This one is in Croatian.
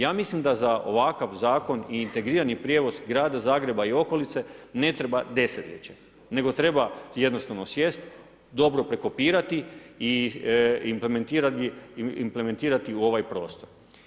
Ja mislim da za ovakav zakon i integrirani prijevoz grada Zagreba i okolice ne treba desetljeće nego treba jednostavno sjest, dobro prekopirati i implementirati u ovoj prostor.